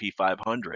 P500